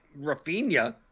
Rafinha